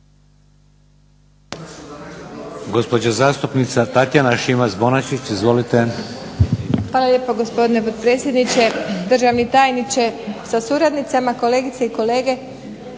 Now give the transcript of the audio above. Hvala lijepa gospodine predsjedniče, državni tajniče sa suradnicama, kolegice i kolege.